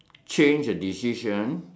change a decision